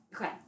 Okay